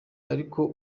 ariko